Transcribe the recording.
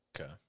Okay